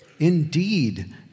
Indeed